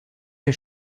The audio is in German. der